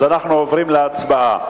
אנחנו עוברים להצבעה.